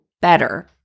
better